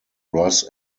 ross